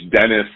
Dennis